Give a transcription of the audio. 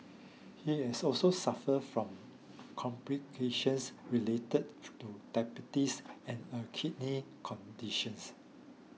he had also suffered from complications related to diabetes and a kidney conditions